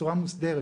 בצורה מוסדרת,